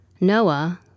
Noah